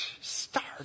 Start